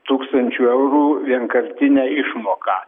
tūkstančių eurų vienkartinę išmoką